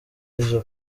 iza